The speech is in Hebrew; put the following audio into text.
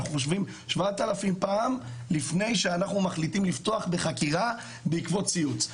אנחנו חושבים 7,000 פעם לפני שאנחנו מחליטים לפתוח בחקירה בעקבות ציוץ.